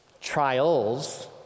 Trials